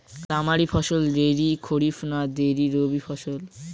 তামারি ফসল দেরী খরিফ না দেরী রবি ফসল?